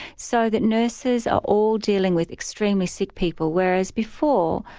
so that nurses are all dealing with extremely sick people, whereas before,